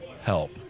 help